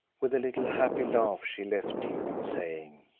with a little happy laugh she left him, saying,